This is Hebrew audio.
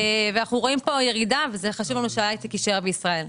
אנו רואים פה ירידה וחשוב לנו שההייטק יישאר בישראל.